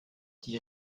die